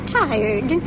tired